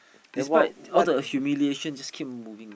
despite all the humiliation just keep on moving